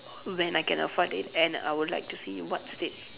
when I can afford it and I would like to see what state